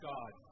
God